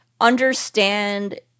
understand